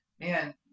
man